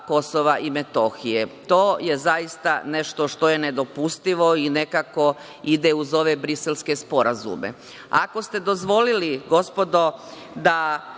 Kosova i Metohije. To je zaista nešto što je nedopustivo i nekako ide uz ove briselske sporazume. Ako ste dozvolili, gospodo, da